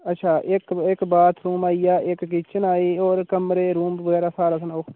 अच्छा इक इक बाथरूम आई गेआ इक किचन आई होर कमरे रूम बगैरा सारे सनाओ